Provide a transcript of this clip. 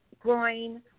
groin